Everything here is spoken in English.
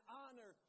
honor